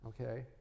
okay